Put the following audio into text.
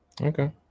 okay